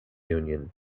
union